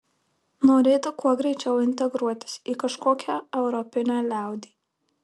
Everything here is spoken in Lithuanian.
norėta kuo greičiau integruotis į kažkokią europinę liaudį